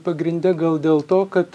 pagrinde gal dėl to kad